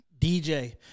DJ